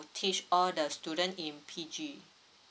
teach all the student in P_G